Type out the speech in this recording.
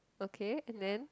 okay and then